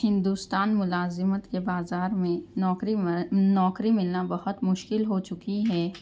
ہندوستان ملازمت کے بازار میں نوکری نوکری ملنا بہت مشکل ہو چکی ہے